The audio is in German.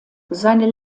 seine